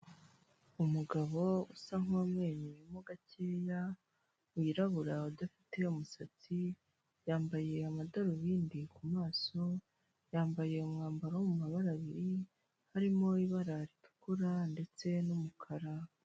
Umugabo usa nk'umwenyuye mo gakeya wirabura udafite umusatsi, yambaye amadarubindi kumaso, yambaye umwambaro wo mu mabara abiri, harimo ibara ritukura ndetse n'umukara.